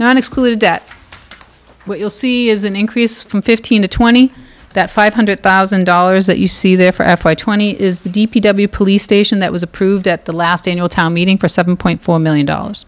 not exclude that you'll see as an increase from fifteen to twenty that five hundred thousand dollars that you see there for f y twenty is the d p w police station that was approved at the last in your town meeting for seven point four million dollars